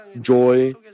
joy